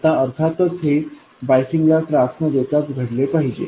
आता अर्थातच हे बायसिंगला त्रास न देताच घडले पाहिजे